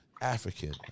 african